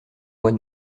mois